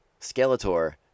skeletor